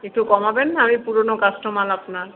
একটু কমাবেন না আমি পুরোনো কাস্টমার আপনার